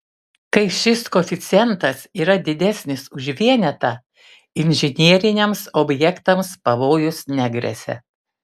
kai šis koeficientas yra didesnis už vienetą inžineriniams objektams pavojus negresia